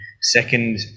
second